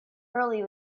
early